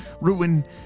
ruin